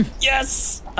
yes